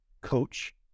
coach